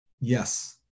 yes